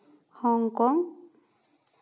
Hong Kong